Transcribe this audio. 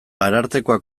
arartekoa